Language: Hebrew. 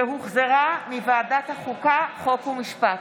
שהוחזרה מוועדת החוקה, חוק ומשפט.